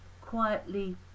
quietly